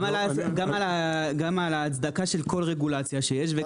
גם על ההצדקה של כל רגולציה שיש.